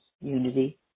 unity